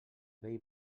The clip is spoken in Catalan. vell